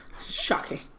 Shocking